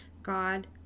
god